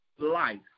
life